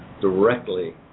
directly